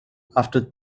after